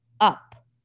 up